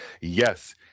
yes